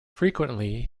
frequently